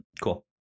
Cool